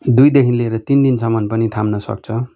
दुईदेखि लिएर तिन दिनसम्म पनि थाम्न सक्छ